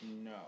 No